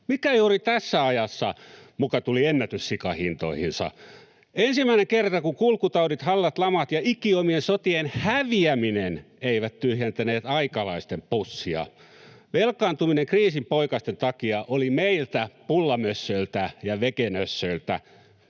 Mikä juuri tässä ajassa muka tuli ennätyssikahintoihinsa? Ensimmäinen kerta, kun kulkutaudit, hallat, lamat ja ikiomien sotien häviäminen eivät tyhjentäneet aikalaisten pussia. Velkaantuminen kriisinpoikasten takia oli meiltä pullamössöiltä ja vegenössöiltä